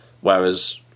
whereas